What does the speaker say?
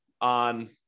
on